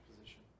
position